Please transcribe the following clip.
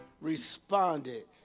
Responded